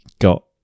got